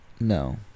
No